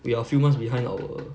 we are a few months behind our